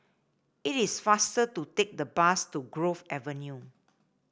it is faster to take the bus to Grove Avenue